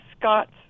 Scott's